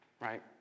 right